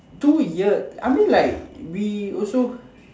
two year I mean like we also